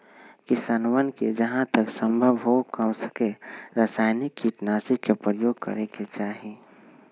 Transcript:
किसनवन के जहां तक संभव हो कमसेकम रसायनिक कीटनाशी के प्रयोग करे के चाहि